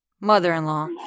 mother-in-law